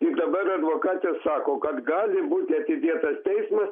ir dabar advokatė sako kad gali būti atidėtas teismas